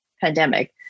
pandemic